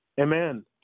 Amen